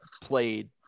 played